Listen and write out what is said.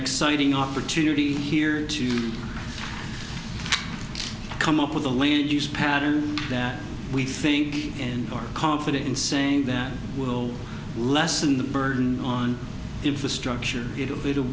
exciting opportunity here to come up with the land use pattern that we think and are confident in saying that will lessen the burden on infrastructure it